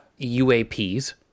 UAPs